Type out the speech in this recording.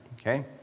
Okay